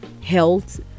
health